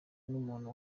n’umuntu